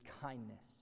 kindness